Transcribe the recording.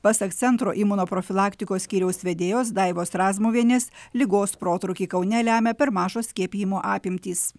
pasak centro imunoprofilaktikos skyriaus vedėjos daivos razmuvienės ligos protrūkį kaune lemia per mažos skiepijimo apimtys